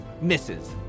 misses